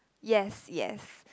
yes yes